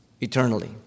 eternally